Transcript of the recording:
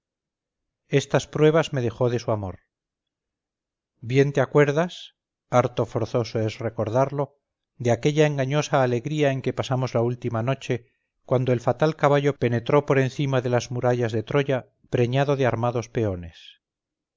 estas pruebas me dejó de su amor bien te acuerdas harto forzoso es recordarlo de aquella engañosa alegría en que pasamos la última noche cuando el fatal caballo penetró por encima de las murallas de troya preñado de armados peones